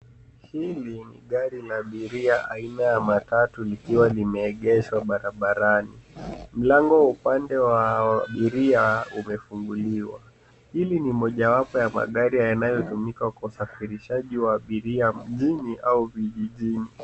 Hii ni gari la abiria aina ya matatu likiwa limeegeshwa barabarani. Mlango upande wa abiria umefunguliwa. Hili ni mojawapo ya magari yanayotumika kwa usafirisaji wa abiria mjini au vijijini.